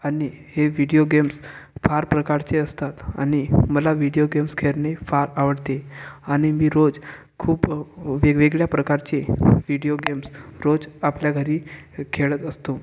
आणि हे video games फार प्रकारचे असतात आणि मला व्हिडिओ गेम्स खेळणे फार आवडते आणि मी रोज खूप वेगवेगळ्या प्रकारचे व्हिडिओ गेम्स रोज आपल्या घरी खेळत असतो